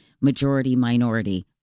majority-minority